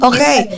Okay